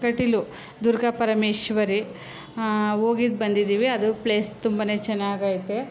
ಕಟೀಲು ದುರ್ಗಾಪರಮೇಶ್ವರಿ ಹೋಗಿದ್ದು ಬಂದಿದ್ದೀವಿ ಅದು ಪ್ಲೇಸ್ ತುಂಬನೇ ಚೆನ್ನಾಗೈತೆ